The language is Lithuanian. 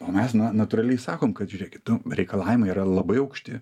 o mes natūraliai sakom kad žiūrėkit nu reikalavimai yra labai aukšti